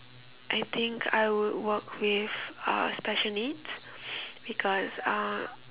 I think I would work with uh special needs because uh